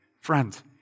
Friends